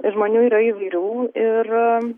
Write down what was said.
žmonių yra įvairių ir